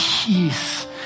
peace